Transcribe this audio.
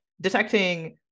detecting